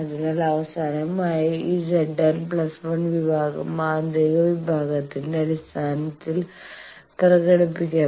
അതിനാൽ അവസാനമായി ഈ Zn 1 വിഭാഗം ആന്തരിക വിഭാഗത്തിന്റെ അടിസ്ഥാനത്തിൽ പ്രകടിപ്പിക്കാം